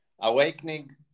awakening